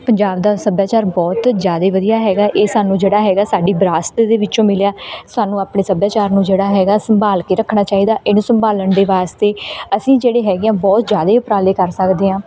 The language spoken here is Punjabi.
ਪੰਜਾਬ ਦਾ ਸੱਭਿਆਚਾਰ ਬਹੁਤ ਜ਼ਿਆਦਾ ਵਧੀਆ ਹੈਗਾ ਇਹ ਸਾਨੂੰ ਜਿਹੜਾ ਹੈਗਾ ਸਾਡੀ ਵਿਰਾਸਤ ਦੇ ਵਿੱਚੋਂ ਮਿਲਿਆ ਸਾਨੂੰ ਆਪਣੇ ਸੱਭਿਆਚਾਰ ਨੂੰ ਜਿਹੜਾ ਹੈਗਾ ਸੰਭਾਲ ਕੇ ਰੱਖਣਾ ਚਾਹੀਦਾ ਇਹਨੂੰ ਸੰਭਾਲਣ ਦੇ ਵਾਸਤੇ ਅਸੀਂ ਜਿਹੜੇ ਹੈਗੇ ਹਾਂ ਬਹੁਤ ਜ਼ਿਆਦਾ ਉਪਰਾਲੇ ਕਰ ਸਕਦੇ ਹਾਂ